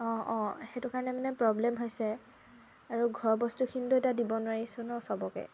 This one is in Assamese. অঁ অঁ সেইটো কাৰণে মানে প্ৰবলেম হৈছে আৰু ঘৰ বস্তুখিনিটো কিন্তু এতিয়া দিব নোৱাৰিচোন ন চবকে